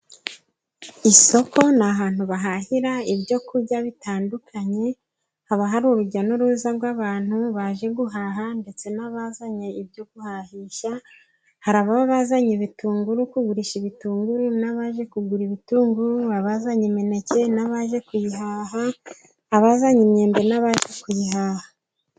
Isoko ni ahantu bahahira ibyo kurya bitandukanye, haba hari urujya n'uruza rw'abantu baje guhaha ndetse n'abazanye ibyo guhahisha, hari ababa bazanye ibitunguru, kugurisha ibitunguru n'abaje kugura ibitunguru, abazanye imineke n'abaje kuyihaha, abazanye imyembe n'abaje kuyihaha.